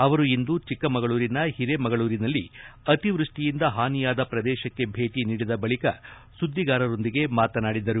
ಅವರು ಇಂದು ಚಿಕ್ಕಮಗಳೂರಿನ ಹಿರೇಮಗಳೂರಿನಲ್ಲಿ ಅತಿವೃಷ್ವಿಯಿಂದ ಹಾನಿಯಾದ ಪ್ರದೇಶಕ್ಕೆ ಭೇಟಿ ನೀಡಿದ ಬಳಿಕ ಸುದ್ದಿಗಾರರೊಂದಿಗೆ ಮಾತನಾಡಿದರು